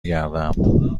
گردم